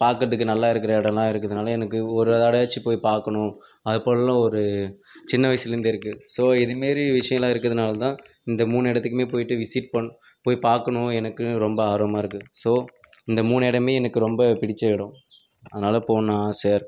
பார்க்குறதுக்கு நல்லா இருக்கிற இடம்லா இருக்கிறதுனால எனக்கு ஒரு தடவையாச்சும் போய் பார்க்கணும் அதுபோலலான் ஒரு சின்ன வயசுலேருந்து இருக்கு ஸோ இதுமாதிரி விஷயம்லான் இருக்கிறதுனாலதான் இந்த மூணு இடத்துக்குமே போயிட்டு விசிட் பண் போய் பார்க்கணும் எனக்கு ரொம்ப ஆர்வமாக இருக்குது ஸோ இந்த மூணு இடமும் எனக்கு ரொம்ப பிடிச்ச இடம் அதனால் போகணுனு ஆசையாக இருக்குது